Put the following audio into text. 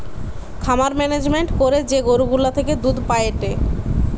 খামার মেনেজমেন্ট করে যে গরু গুলা থেকে দুধ পায়েটে